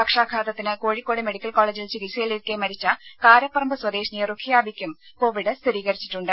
പക്ഷാഘാതത്തിന് Kozhikode medical കോളേജിൽ ചികിത്സയിലിരിക്കെ മരിച്ച കാരപ്പറമ്പ് സ്വദേശിനി റുഖിയാബിയ്ക്കും കോവിഡ് സ്ഥിരീകരിച്ചിട്ടുണ്ട്